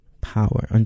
power